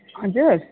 हजुर